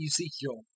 Ezekiel